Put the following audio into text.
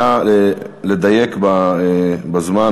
נא לדייק בזמן.